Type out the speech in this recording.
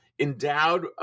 endowed